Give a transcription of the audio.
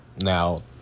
Now